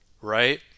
right